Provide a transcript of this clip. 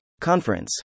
Conference